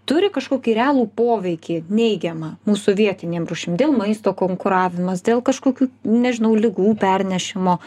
turi kažkokį realų poveikį neigiamą mūsų vietinėm rūšim dėl maisto konkuravimas dėl kažkokių nežinau ligų pernešimo